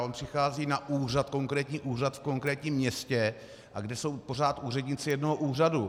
On přichází na úřad, na konkrétní úřad v konkrétním městě, a kde jsou pořád úředníci jednoho úřadu.